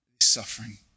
suffering